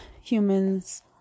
humans